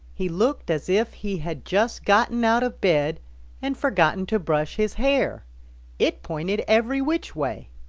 he looked as if he had just gotten out of bed and forgotten to brush his hair it pointed every which way.